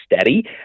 steady